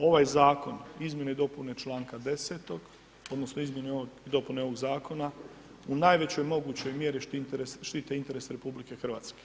Ovaj zakon izmjene i dopune čl. 10. odnosno izmjene i dopune ovog zakona u najvećoj mogućoj mjeri štite interese RH.